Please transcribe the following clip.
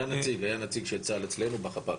היה נציג של צה"ל אצלנו בחפ"ק.